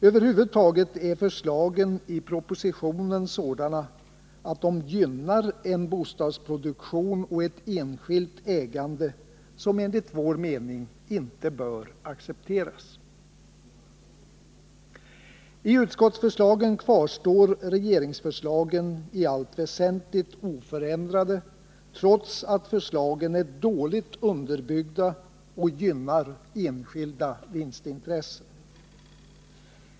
Över huvud taget är förslagen i propositionen sådana att de gynnar en bostadsproduktion och ett enskilt ägande som enligt vår mening inte bör accepteras. I utskottsförslaget kvarstår regeringsförslagen i allt väsentligt oförändrade, trots att de är dåligt underbyggda och gynnar enskilda vinstintressen.